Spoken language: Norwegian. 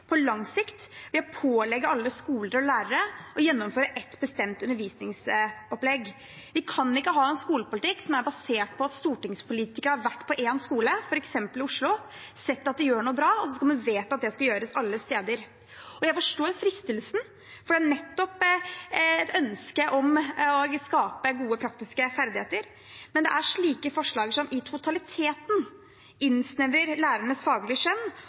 på lang sikt ved å pålegge alle skoler og lærere å gjennomføre ett bestemt undervisningsopplegg. Vi kan ikke ha en skolepolitikk som er basert på at stortingspolitikere har vært på én skole, f.eks. i Oslo, og sett at de gjør noe bra, og så skal man vedta at det skal gjøres alle steder. Jeg forstår fristelsen, for her er det nettopp et ønske om å skape gode praktiske ferdigheter. Men det er slike forslag som i totaliteten innsnevrer lærernes faglige skjønn